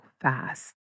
fast